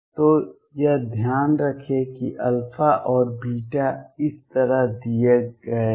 तो यह ध्यान रखें कि α और β इस तरह दिए गए हैं